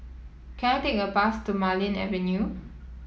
can I take a bus to Marlene Avenue